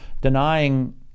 denying